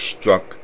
struck